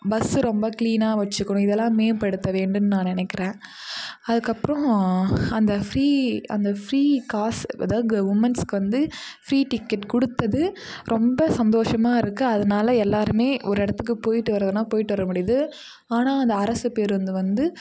bus ரொம்ப க்ளீனாக வச்சுக்கணும் இதெல்லாம் மேம்படுத்த வேண்டும் நான் நினைக்கிறேன் அதுக்கப்புறம் அந்த ஃப்ரீ அந்த ஃப்ரீ காசு அதாவது உமன்ஸ்ஸுக்கு வந்து ஃப்ரீ டிக்கெட் கொடுத்தது ரொம்ப சந்தோஷமாக இருக்கு அதனால் எல்லாருமே ஒரு இடத்துக்கு போயிவிட்டு வரதுன்னா போயிவிட்டு வர முடியுது ஆனால் அந்த அரசு பேருந்து வந்து